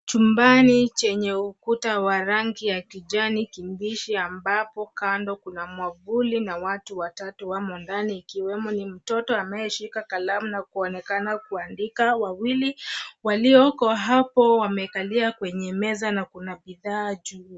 Chumbani chenye ukuta wa rangi ya kijani kibichi ambapo kando kuna mwavuli na watu watatu wamo ndani, ikiwemo ni mtoto anayeshika kalamu na kuonekana kuandika. Wawili walioko hapo wamekalia kwenye meza na kuna bidhaa juu.